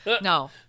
No